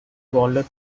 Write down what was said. waller